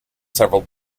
several